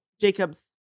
Jacob's